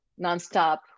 nonstop